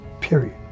period